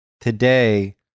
today